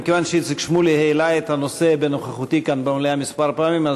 מכיוון שאיציק שמולי העלה את הנושא בנוכחותי כאן במליאה כמה פעמים,